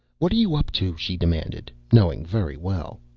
what are you up to? she demanded, knowing very well.